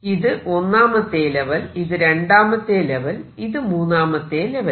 ഇത് ഒന്നാമത്തെ ലെവൽ ഇത് രണ്ടാമത്തെ ലെവൽ ഇത് മൂന്നാമത്തെ ലെവൽ